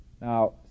Now